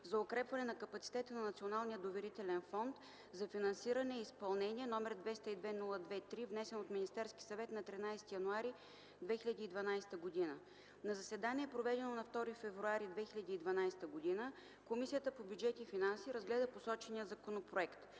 за укрепване на капацитета на Националния доверителен Еко Фонд за финансиране и изпълнение, № 202-02-3, внесен от Министерския съвет на 13 януари 2012 г. На заседание, проведено на 2 февруари 2012 г., Комисията по бюджет и финанси разгледа посочения законопроект.